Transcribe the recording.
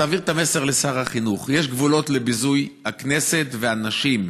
תעביר את המסר לשר החינוך: יש גבולות לביזוי הכנסת והנשים.